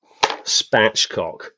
spatchcock